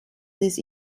des